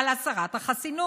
על הסרת החסינות.